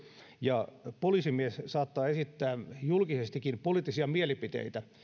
ja poliisimies saattaa esittää julkisestikin poliittisia mielipiteitä